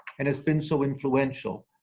and has been so influential,